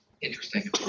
interesting